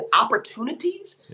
opportunities